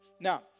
Now